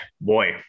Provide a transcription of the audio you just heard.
boy